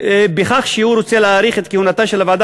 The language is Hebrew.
בכך שהוא רוצה להאריך את כהונתה של הוועדה